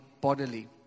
bodily